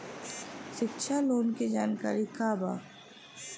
शिक्षा लोन के जानकारी का बा?